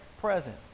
present